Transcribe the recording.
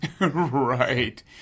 Right